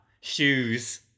Shoes